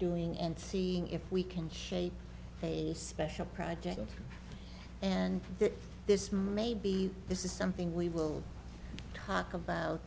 doing and seeing if we can shape special projects and this maybe this is something we will talk about